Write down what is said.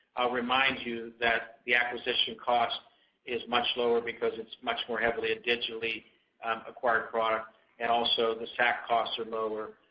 i'll remind you that the acquisition cost is much lower because it's much more heavily a digitally acquired product and also the sac costs are lower,